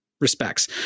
respects